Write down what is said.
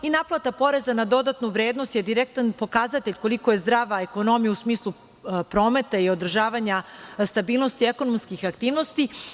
Naplata poreza na dodatnu vrednost je direktan pokazatelj koliko je zdrava ekonomija u smislu prometa i održavanja stabilnosti ekonomskih aktivnosti.